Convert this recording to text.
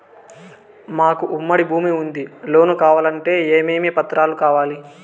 మాకు ఉమ్మడి భూమి ఉంది లోను కావాలంటే ఏమేమి పత్రాలు కావాలి?